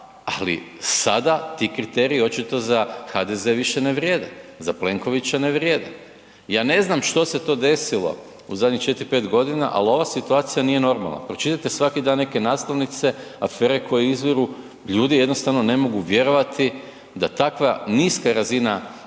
ali sada ti kriteriji očito za HDZ više ne vrijede, za Plenkovića ne vrijede. Ja ne znam što se to desilo u zadnjih 4, 5 godina, ali ova situacija nije normalna. Pročitate svaki dan neke naslovnice, afere koje izviru, ljudi jednostavno ne mogu vjerovati da takva niska razina